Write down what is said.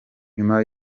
nyuma